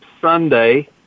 Sunday